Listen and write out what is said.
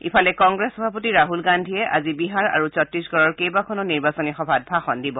ইফালে কংগ্ৰেছ সভাপতি ৰাহুল গান্ধীয়ে আজি বিহাৰ আৰু চত্তীশগড়ৰ কেইবাখনো নিৰ্বাচনী সভাত ভাষণ দিব